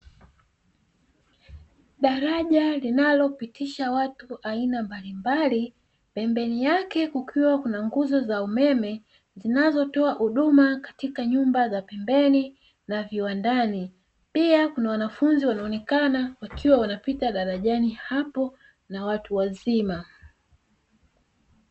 Daraja linalopitisha watu aina mbalimbali, pembeni yake kukiwa na nguzo za umeme zinazotoa huduma katika nyumba za pembeni na viwandani, pia kuna wanafunzi wanaonekana wakiwa wanapita darajani hapo na watu wazima.